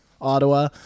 Ottawa